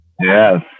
Yes